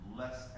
less